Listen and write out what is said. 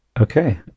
Okay